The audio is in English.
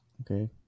okay